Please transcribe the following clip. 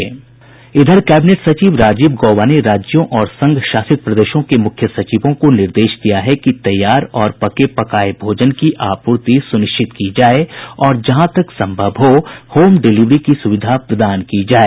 इधर कैबिनेट सचिव राजीव गौबा ने राज्यों और संघ शासित प्रदेशों के मुख्य सचिवों को निर्देश दिया कि तैयार और पके पकाए भोजन की आपूर्ति सुनिश्चित की जाए और जहां तक संभव हो होम डिलिवरी की सुविधा प्रदान की जाए